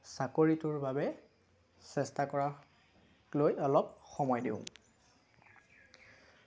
চাকৰিটোৰ বাবে চেষ্টা কৰাক লৈ অলপ সময় দিওঁ